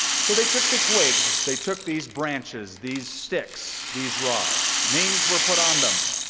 so they took the twigs, they took these branches, these sticks, these rods, names were put on them.